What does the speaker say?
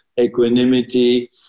equanimity